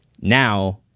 now